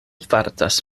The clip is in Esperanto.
fartas